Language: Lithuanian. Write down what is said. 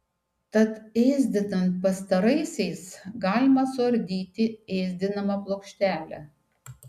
tad ėsdinant pastaraisiais galima suardyti ėsdinamą plokštelę